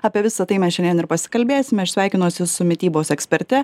apie visa tai mes šiandien ir pasikalbėsime aš sveikinuosi su mitybos eksperte